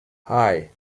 hei